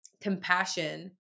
compassion